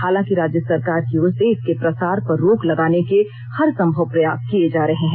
हालांकि राज्य सरकार की ओर से इसके प्रसार पर रोक लगाने के हरसंभव प्रयास किये जा रहे हैं